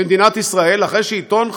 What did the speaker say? במדינת ישראל, אחרי שעיתון "חדשות"